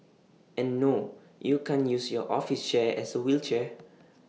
and no you can't use your office chair as A wheelchair